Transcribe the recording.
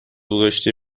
گذاشته